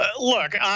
Look